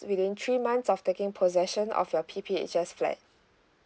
within three months of taking possession of your P_P_H_S flat